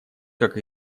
как